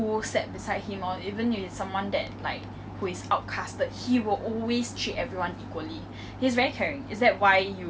and I didn't know that throughout 我的 secondary school life 因为以前我没有跟他讲过话的